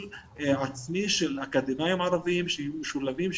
עצמי של אקדמאיים ערבים שיהיו משולבים,